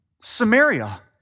Samaria